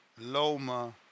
Loma